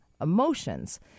emotions